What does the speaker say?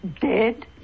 Dead